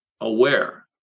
aware